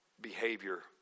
behavior